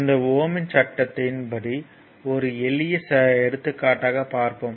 இந்த ஓம் இன் சட்டத்தின் Ohm's Law படி ஒரு சிறிய எடுத்துக்காட்டாக பார்ப்போம்